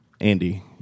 Andy